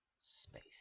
space